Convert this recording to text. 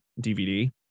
DVD